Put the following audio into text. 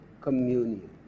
communion